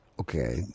Okay